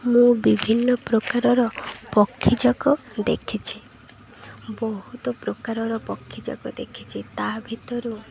ମୁଁ ବିଭିନ୍ନପ୍ରକାରର ପକ୍ଷୀଯାକ ଦେଖିଛି ବହୁତ ପ୍ରକାରର ପକ୍ଷୀଯାକ ଦେଖିଛି ତା ଭିତରୁ